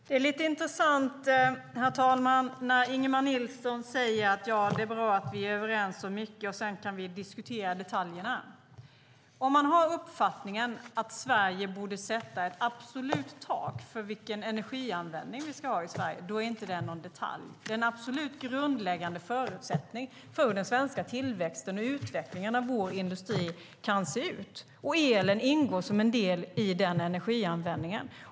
Herr talman! Det är lite intressant när Ingemar Nilsson säger att det är bra att vi är överens om mycket och att vi sedan kan diskutera detaljerna. Om man har uppfattningen att Sverige borde sätta ett absolut tak för vilken energianvändning vi ska ha är det inte en detalj. Det är en absolut grundläggande förutsättning för hur den svenska tillväxten och utvecklingen av vår industri kan se ut. Elen ingår som en del i den energianvändningen.